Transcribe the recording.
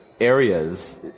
areas